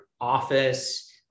office